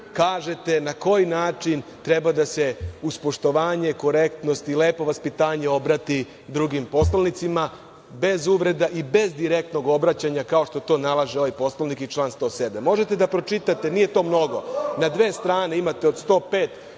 kažete na koji način treba da se uz poštovanje, korektnost i lepo vaspitanje obrati drugim poslanicima, bez uvreda i bez direktnog obraćanja kao što to nalaže ovaj Poslovnik i član 107.Možete da pročitate, nije to mnogo, na dve strane. Imate od 105 do